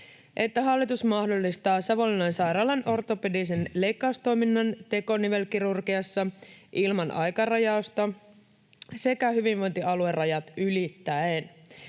että hallitus mahdollistaa Savonlinnan sairaalan ortopedisen leikkaustoiminnan tekonivelkirurgiassa ilman aikarajausta sekä hyvinvointialuerajat ylittäen